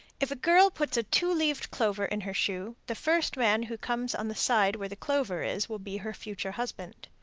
if a girl puts a two-leaved clover in her shoe, the first man who comes on the side where the clover is will be her future husband.